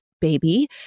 baby